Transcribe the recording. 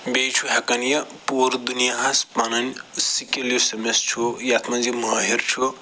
بیٚیہِ چھُ ہٮ۪کن یہِ پوٗرٕ دُنیاہس پنٕنۍ سِکِل یُس أمِس چھُ یَتھ منٛز یہِ مٲہِر چھُ